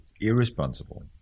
irresponsible